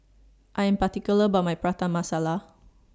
I Am particular about My Prata Masala